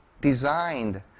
designed